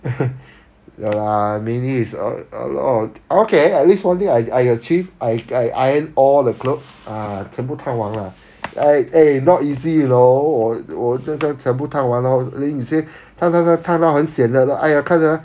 ya lah maybe it's a a lot of okay I list only I I achieve I iron all the clothes ah 全部都完了 eh not easy you know 我我现在全部烫完了后 you say 烫烫烫烫到很 sian 了说 !aiya! 看 ah